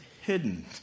hidden